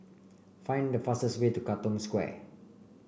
find the fastest way to Katong Square